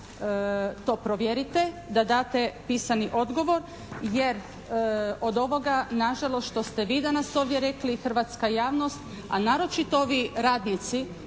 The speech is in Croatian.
to provjerite, da date pisani odgovor. Jer od ovoga nažalost što ste vi danas ovdje rekli hrvatska javnost, a naročito ovi radnici